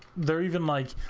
there even lights